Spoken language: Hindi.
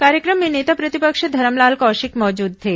कार्यक्रम में नेता प्रतिपक्ष धरमलाल कौशिक मौजूद थे